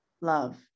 love